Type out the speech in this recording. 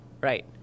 right